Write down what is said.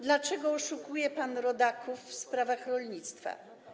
Dlaczego oszukuje pan rodaków w sprawach rolnictwa?